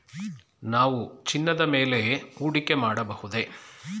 ನಾವು ಚಿನ್ನದ ಮೇಲೆ ಹೂಡಿಕೆ ಮಾಡಬಹುದೇ?